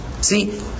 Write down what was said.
See